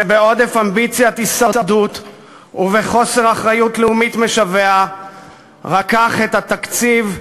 שבעודף אמביציית הישרדות ובחוסר אחריות לאומית משווע רקח את התקציב,